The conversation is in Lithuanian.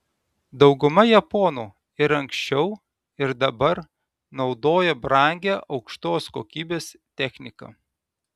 dauguma japonų ir anksčiau ir dabar naudoja brangią aukštos kokybės techniką